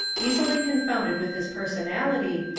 easily confounded with his personality,